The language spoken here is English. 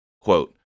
Quote